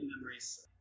memories